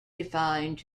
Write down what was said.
defined